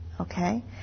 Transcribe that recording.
Okay